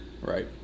Right